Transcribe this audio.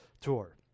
tour